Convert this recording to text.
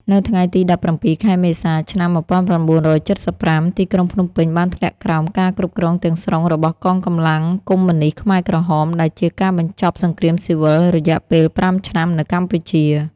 នៅថ្ងៃទី ១៧ ខែមេសា ឆ្នាំ ១៩៧៥ ទីក្រុងភ្នំពេញបានធ្លាក់ក្រោមការគ្រប់គ្រងទាំងស្រុងរបស់កងកម្លាំងកុម្មុយនីស្តខ្មែរក្រហម ដែលជាការបញ្ចប់សង្គ្រាមស៊ីវិលរយៈពេល ៥ ឆ្នាំនៅកម្ពុជា។